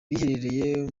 biherereye